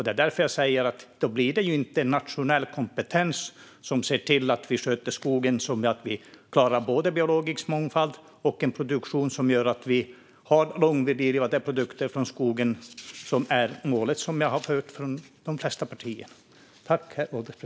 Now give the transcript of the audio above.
Det är därför jag säger att det då inte blir nationell kompetens som ser till att vi sköter skogen så att vi klarar både biologisk mångfald och en produktion som gör att vi har långlivade produkter från skogen, som är målet, som jag har hört från de flesta partier.